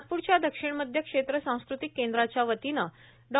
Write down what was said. नागपूरध्या दक्षिण मध्य क्षेत्र सांस्कृतिक केंद्राच्या वतीनं डो